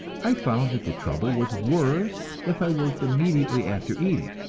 i found that the trouble was worse if i worked immediately after eating.